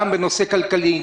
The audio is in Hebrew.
גם בנושא כלכלי,